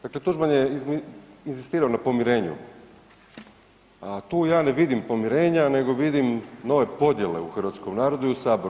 Dakle, Tuđman je inzistirao na pomirenju, a tu ja ne vidim pomirenja, nego vidim nove podjele u hrvatskom narodu i u saboru.